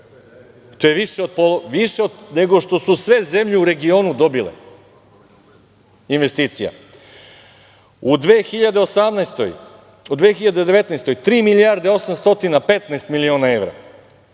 to je više nego što su sve zemlje u regionu dobile investicija. U 2019. godini tri milijarde 815 miliona evra,